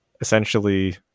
essentially